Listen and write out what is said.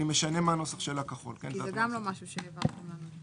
גם את זה לא העברתם לנו.